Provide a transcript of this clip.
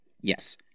Yes